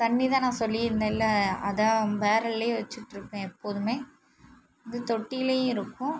தண்ணி தான் நான் சொல்லியிருந்தேன்ல பேரல்ல வச்சிட்யிருப்பேன் எப்போதுமே இது தொட்டிலையும் இருக்கும்